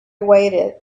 waited